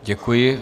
Děkuji.